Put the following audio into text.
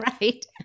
Right